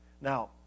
Now